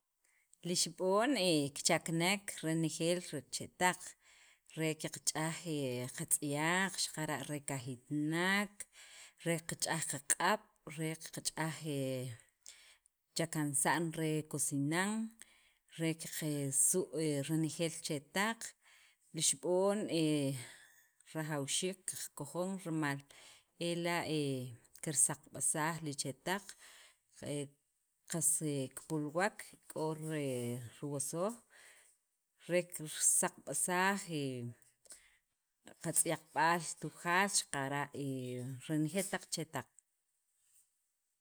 Li xib'on he kichakanek, renjeel li chetaq, re qaqch'aj qatz'yaq xaqara' re qajitnaq, re qach'aj qaq'ab', re qach'aj he chakansa'n re kusinan, re qasu' renejeel chetaq, li xib'on he rajawxiik qakojon rimal ela' he kirsaqab'asaj li chetaq qas kipulwek, k'o riwosow, re kirsaqb'saj he qatz'yaqb'al Tujaal xaqara' he renejeel taq hetaq.